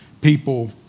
people